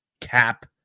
cap